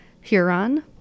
Huron